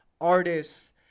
artists